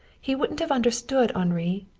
he wouldn't have understood, henri.